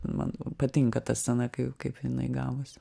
man patinka ta scena kai kaip jinai gavosi